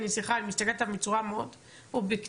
אני מסתכלת עליו בצורה מאוד אובייקטיבית,